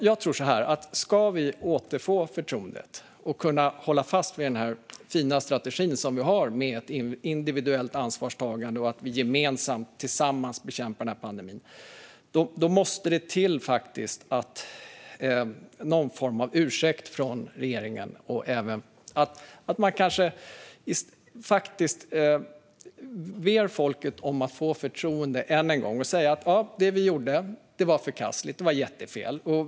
Jag tror att om vi ska återfå förtroendet för och kunna hålla fast vid den fina strategi som vi har med ett individuellt ansvarstagande och att vi tillsammans bekämpar pandemin måste det till någon form av ursäkt från regeringen, att man ber folket om att få förtroende än en gång och säger: Ja, det vi gjorde var förkastligt. Det var jättefel.